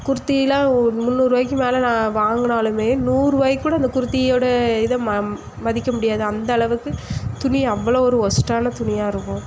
குர்த்தி எல்லாம் முந்நூறுவாய்க்கு மேலே நான் வாங்கினாலுமே நூறுவாய்க்கு கூட அந்த குர்த்தியோட இதை ம மதிக்க முடியாது அந்த அளவுக்கு துணி அவ்வளோ ஒரு வொஸ்ட்டான துணியாக இருக்கும்